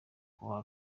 kubaha